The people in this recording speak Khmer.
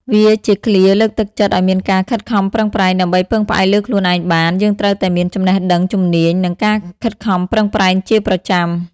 វាជាឃ្លាលើកទឹកចិត្តឲ្យមានការខិតខំប្រឹងប្រែង ដើម្បីពឹងផ្អែកលើខ្លួនឯងបាន យើងត្រូវតែមាន ចំណេះដឹង ជំនាញ និង ការខិតខំប្រឹងប្រែង ជាប្រចាំ។